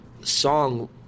song